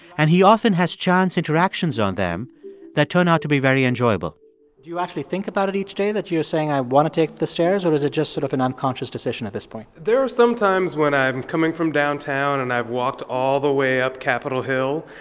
and he often has chance interactions on them that turn out to be very enjoyable do you actually think about it each day that you're saying, i want to take the stairs? or is it just sort of an unconscious decision at this point? there are some times when i'm coming from downtown and i've walked all the way up capitol hill,